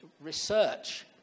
research